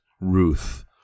Ruth